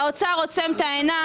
האוצר עוצם את העיניים.